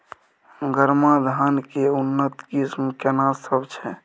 गरमा धान के उन्नत किस्म केना सब छै?